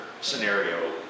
scenario